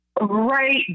Right